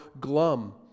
glum